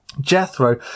Jethro